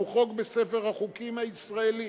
שהוא חוק בספר החוקים הישראלי,